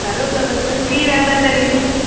கருவேப்பிலை கொத்தமல்லி ப்ரீ தானே தருவீங்க